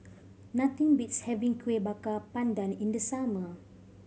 nothing beats having Kuih Bakar Pandan in the summer